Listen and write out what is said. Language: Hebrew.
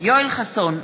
יואל חסון,